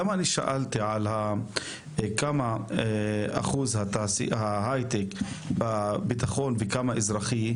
למה אני שאלתי כמה אחוז ההייטק בביטחון וכמה אזרחי?